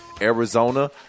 Arizona